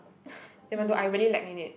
even though I really lack in it